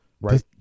right